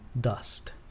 dust